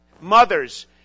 mothers